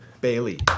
Bailey